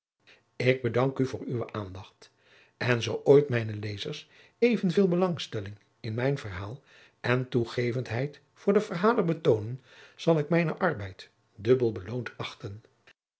ik bedank u voor uwe aandacht en zoo ooit mijne lezers even veel belangstelling in mijn verhaal en toegevenheid voor den verhaler betoonen zal ik mijnen arbeid dubbel beloond achten